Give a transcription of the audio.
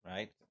Right